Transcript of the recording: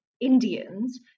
Indians